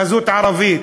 חזות ערבית,